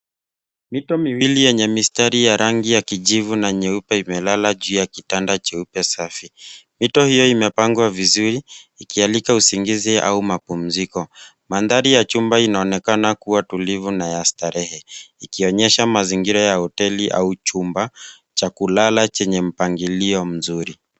Mito miwili yenye mistari ya rangi ya kijivu na nyeupe imelala juu ya kitanda cheupe safi. Mito hiyo imepangwa vizuri ikialika usingizi au mapumziko. Mandhari ya chumba inaonekana kuwa tulivu na ya starehe ikionyesha mazingira ya hoteli au chumba cha kulala chenye mpangilio mzuri.